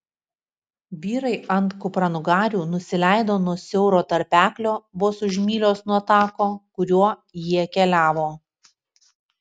vyrai ant kupranugarių nusileido nuo siauro tarpeklio vos už mylios nuo tako kuriuo jie keliavo